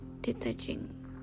detaching